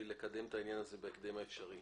על-מנת לקדם את העניין הזה בהקדם האפשרי.